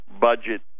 budget